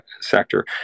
sector